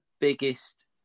biggest